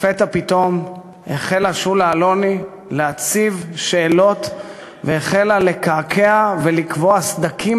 לפתע פתאום החלה שולה אלוני להציב שאלות והחלה לקעקע ולקבוע סדקים